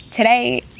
Today